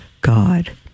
God